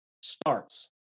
starts